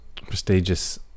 prestigious